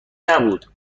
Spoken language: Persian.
نبود